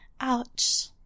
ouch